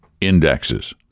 indexes